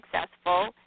successful